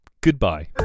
Goodbye